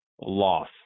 loss